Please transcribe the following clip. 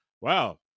wow